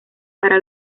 para